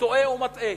טועה ומטעה,